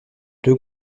deux